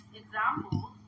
examples